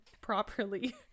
properly